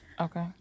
Okay